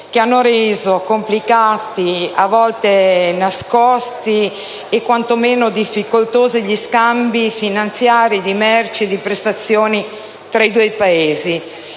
che hanno reso complicati, a volte nascosti e quanto meno difficoltosi, gli scambi finanziari, di merci e di prestazioni tra i due Paesi,